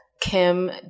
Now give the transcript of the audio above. Kim